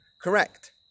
Correct